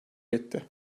etti